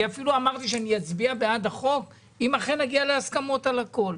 אני אפילו אמרתי שאני אצביע בעד החוק אם אכן נגיע להסכמות על הכול.